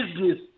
business